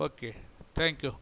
okay thank you